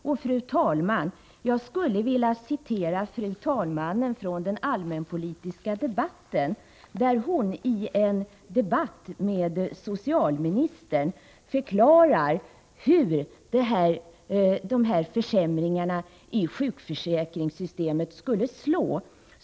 Jag skulle här vilja citera fru talmannen från den allmänpolitiska debatten, där hon i en diskussion med socialministern förklarade hur försämringarna i sjukförsäkringssystemet skulle slå.